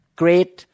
great